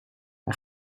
hij